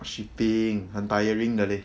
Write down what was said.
shipping 很 tiring 的 leh